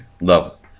level